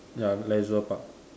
ya Leisure Park